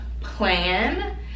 plan